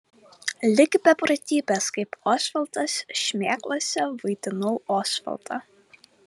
ligi beprotybės kaip osvaldas šmėklose vaidinau osvaldą